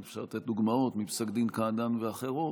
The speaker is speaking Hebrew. אפשר לתת דוגמאות מפסק דין קעדאן ואחרים,